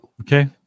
Okay